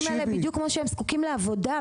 האלה בדיוק כמו שהם זקוקים לעבודה,